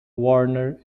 warner